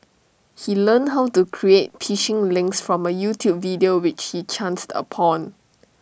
he learned how to create phishing links from A YouTube video which he chanced upon